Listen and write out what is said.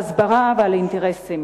חברי חברי הכנסת,